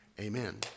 Amen